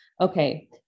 okay